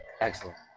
Excellent